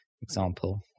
example